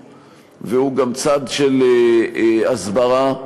הוא גם צד של חינוך והוא גם צד של הסברה.